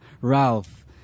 Ralph